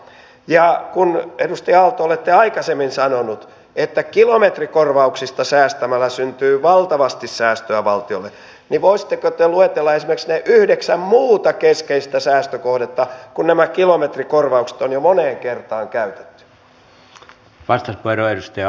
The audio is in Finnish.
ja kun edustaja aalto olette aikaisemmin sanonut että kilometrikorvauksista säästämällä syntyy valtavasti säästöä valtiolle niin voisitteko te luetella esimerkiksi ne yhdeksän muuta keskeistä säästökohdetta kun nämä kilometrikorvaukset on jo moneen kertaan käytetty